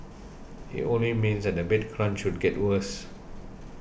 it only means that the bed crunch get worse